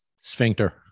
Sphincter